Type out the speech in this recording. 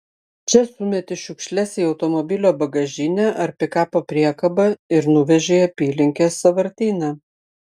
čia sumeti šiukšles į automobilio bagažinę ar pikapo priekabą ir nuveži į apylinkės sąvartyną